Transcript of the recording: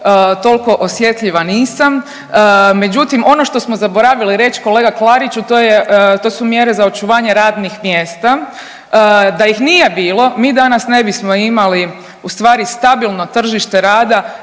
toliko osjetljiva nisam. Međutim, ono što smo zaboravili reći kolega Klariću, to su mjere za očuvanje radnih mjesta. Da ih nije bilo mi danas ne bismo imali ustvari stabilno tržište rada